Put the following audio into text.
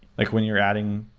like when you're adding